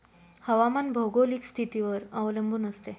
हवामान भौगोलिक स्थितीवर अवलंबून असते